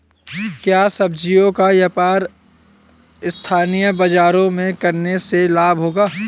क्या सब्ज़ियों का व्यापार स्थानीय बाज़ारों में करने से लाभ होगा?